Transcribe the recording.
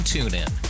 TuneIn